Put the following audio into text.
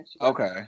Okay